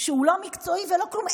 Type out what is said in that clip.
שהוא לא מקצועי ולא כלום,